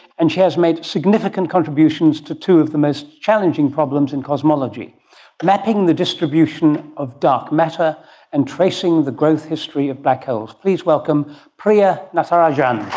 and she has made significant contributions to two of the most challenging problems in cosmology mapping the distribution of dark matter and tracing the growth history of black holes. please welcome priya natarajan.